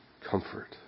comfort